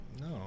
No